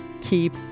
keep